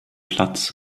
platz